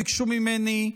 ביקשו ממני,